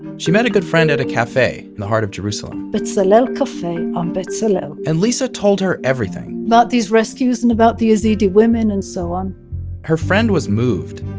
she met a good friend at a cafe in the heart of jerusalem betzalel cafe on betzalel and lisa told her everything about these rescues and about the yazidi women and so on her friend was moved,